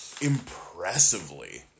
impressively